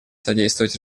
содействовать